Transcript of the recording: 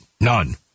None